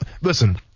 listen